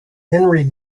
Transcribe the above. henry